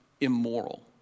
immoral